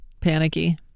panicky